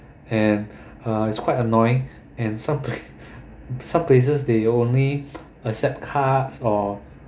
and uh it's quite annoying and some some places they only accept card or